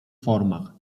formach